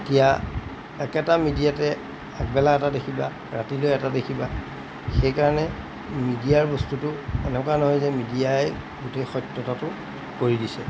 এতিয়া একেটা মিডিয়াতে আগবেলা এটা দেখিবা ৰাতিলৈ এটা দেখিবা সেইকাৰণে মিডিয়াৰ বস্তুটো এনেকুৱা নহয় যে মিডিয়াই গোটেই সত্যতাটো কৰি দিছে